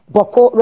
Boko